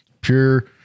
pure